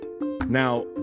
now